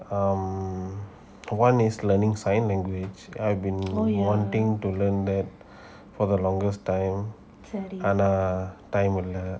um one is learning sign language I've been wanting to learn that for the longest time and err time இல்ல:illa